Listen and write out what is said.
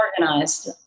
organized